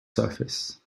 surface